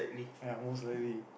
!aiya! most likely